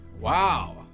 Wow